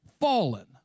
fallen